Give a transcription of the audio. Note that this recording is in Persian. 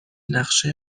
نقشه